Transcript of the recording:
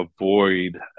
avoid